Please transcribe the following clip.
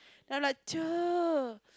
and I'm like cher